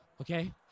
okay